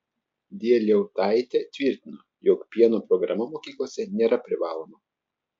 dieliautaitė tvirtino jog pieno programa mokyklose nėra privaloma